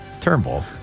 Turnbull